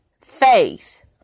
faith